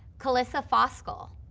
kalissa fosskuhl,